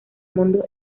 mundo